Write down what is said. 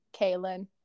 Kaylin